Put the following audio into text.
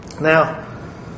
Now